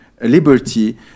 liberty